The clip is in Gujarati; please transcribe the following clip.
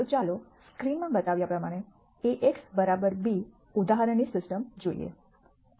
તો ચાલો સ્ક્રીન માં બતાવ્યા પ્રમાણે Ax b ઉદાહરણ સિસ્ટમ જોઈએ